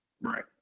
Right